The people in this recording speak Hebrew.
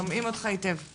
אז